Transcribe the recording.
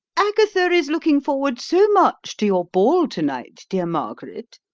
agatha is looking forward so much to your ball to-night, dear margaret.